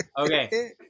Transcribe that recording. Okay